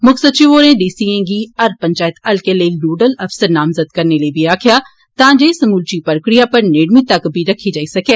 मुक्ख सचिव होरें डी सीएं गी हर पंचैत हल्के लेई नोडल अफसर नामजद करने लेई बी आक्खेआ तां जे समूलची प्रक्रिया पर नेड़मी तक्क बी रक्खी जाई सकै